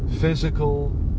physical